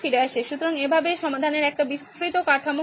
সুতরাং এইভাবে সমাধানের একটি বিস্তৃত কাঠামো কাজ করে